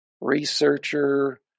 researcher